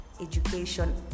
education